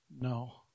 No